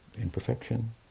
Imperfection